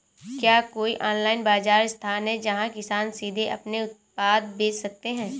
क्या कोई ऑनलाइन बाज़ार स्थान है जहाँ किसान सीधे अपने उत्पाद बेच सकते हैं?